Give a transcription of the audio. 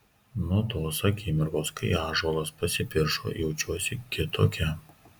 nuo tos akimirkos kai ąžuolas pasipiršo jaučiuosi kitokia